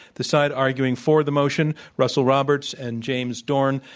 the side arguing for the motion, russell roberts and james dorn,